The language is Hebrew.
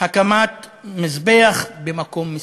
הקמת מזבח במקום מסוים.